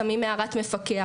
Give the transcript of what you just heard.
שמים הערת מפקח,